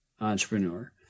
entrepreneur